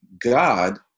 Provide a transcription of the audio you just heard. God